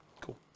Cool